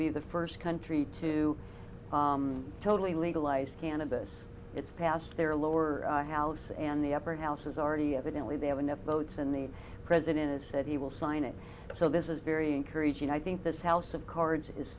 be the first country to totally legalize cannabis it's past their lower house and the upper house is already evidently they have enough votes and the president has said he will sign it so this is very encouraging i think this house of cards is